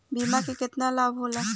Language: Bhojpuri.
बीमा के केतना लाभ होला?